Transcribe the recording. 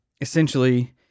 essentially